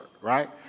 right